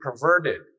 perverted